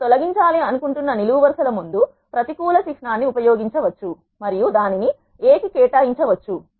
మీరు తొలగించాలి అనుకుంటున్న నిలువు వరుస ల ముందు ప్రతికూల చిహ్నాన్ని ఉపయోగించవచ్చు మరియు దానిని A కి కేటాయించవచ్చు